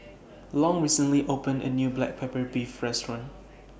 Long recently opened A New Black Pepper Beef Restaurant